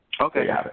Okay